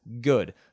good